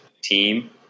team